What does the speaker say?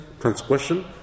transgression